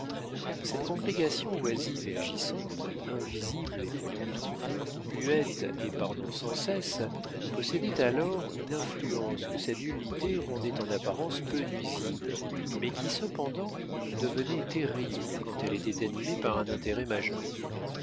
cette congrégation oisive et agissante invisible et voyant tout muette et parlant sans cesse possédait alors une influence que sa nullité rendait en apparence peu nuisible mais qui cependant devenait terrible quand elle était animée par un intérêt majeur